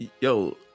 Yo